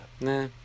Nah